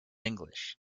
english